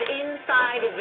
inside